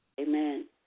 Amen